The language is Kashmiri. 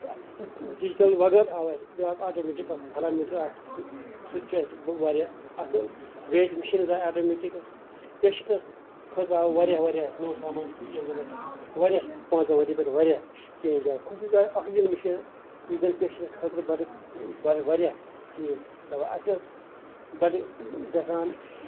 ڈِجٹل وغٲر آو اَسہِ آٹومیٹِک آو اَسہِ تٔھرمومیٖٹر سُہ تہِ چھُ اَسہِ واریاہ اَصٕل ویٹ میشیٖنٕز آیہِ آٹومیٹِک پیشنٹس خٲطرٕ آو واریاہ واریاہ نٔے سَمانہٕ یپس زَن اَسہِ واریاہ پانژن ؤریو پٮ۪ٹھ واریاہ واریاہ چینج آیہِ خٔصوٗصی آیہِ اکھ مِشیٖن یُس زَن کٔشیرِس خٲطرٕ بَڑٕ واریاہ چیٖز اَسہِ ٲسۍ گژھان